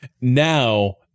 Now